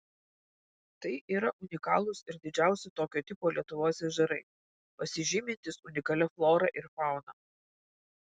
tai yra unikalūs ir didžiausi tokio tipo lietuvos ežerai pasižymintys unikalia flora ir fauna